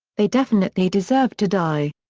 they definitely deserved to die.